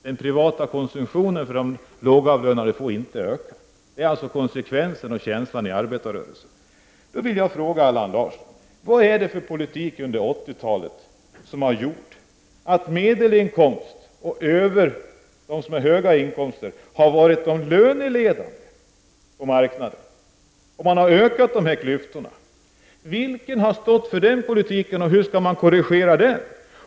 De lågavlönades privata konsumtion får inte öka. Då vill jag fråga Allan Larsson: Vad är det för politik under 80-talet som har gjort att högoch medelinkomsttagare har varit löneledande på marknaden? Klyftorna har ökat. Vilka har stått för den politiken och hur skall man korrigera den?